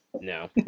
No